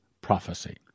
PROPHECY